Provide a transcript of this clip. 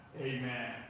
Amen